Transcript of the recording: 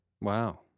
Wow